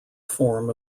form